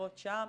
ולהתהוות שם.